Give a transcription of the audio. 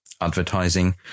advertising